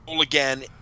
again